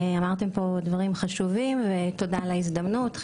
שמעתי את הדברים החשובים שנאמרו פה ותודה עבור ההזדמנות להשתתף.